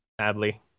Sadly